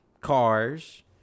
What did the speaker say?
cars